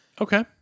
Okay